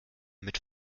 mit